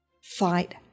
Fight